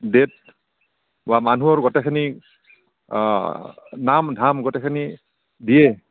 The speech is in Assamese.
ডে'ট বা মানুহৰ গোটেইখিনি নাম ধাম গোটেইখিনি দিয়ে